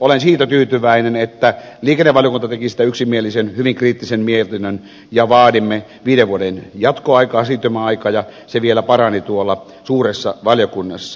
olen siitä tyytyväinen että liikennevaliokunta teki siitä yksimielisen hyvin kriittisen mietinnön ja vaadimme viiden vuoden siirtymäaikaa ja se vielä parani tuolla suuressa valiokunnassa